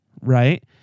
right